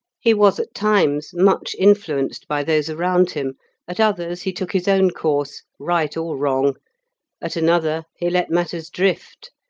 he was at times much influenced by those around him at others he took his own course, right or wrong at another he let matters drift.